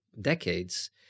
decades